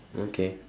okay